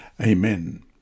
Amen